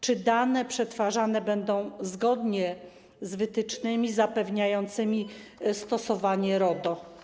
Czy dane przetwarzane będą zgodnie z wytycznymi zapewniającymi stosowanie RODO?